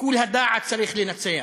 שיקול הדעת, צריך לנצח,